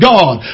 God